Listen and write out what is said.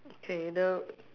okay the